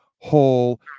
whole